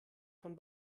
von